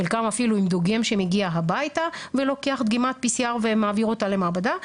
חלקן אפילו עם דוגם שמגיע הביתה ולוקח דגימת PCR ומעביר אותה למעבדה,